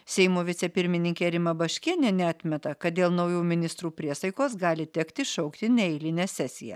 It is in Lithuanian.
seimo vicepirmininkė rima baškienė neatmeta kad dėl naujų ministrų priesaikos gali tekti šaukti neeilinę sesiją laukiame